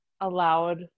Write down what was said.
allowed